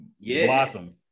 blossom